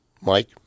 Mike